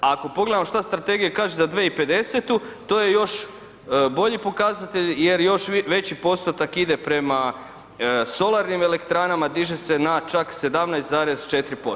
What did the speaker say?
Ako pogledamo šta strategija kaže za 2050. to je još bolji pokazatelj jer još veći postotak ide prema solarnim elektranama, diže se čak na 17,4%